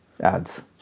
Ads